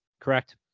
correct